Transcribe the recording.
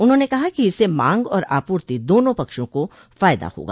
उन्होंने कहा कि इससे मांग और आपूर्ति दोनों पक्षों को फायदा होगा